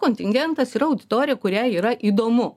kontingentas yra auditoriją kuriai yra įdomu